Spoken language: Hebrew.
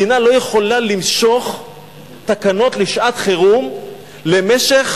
מדינה לא יכולה למשוך תקנות לשעת-חירום למשך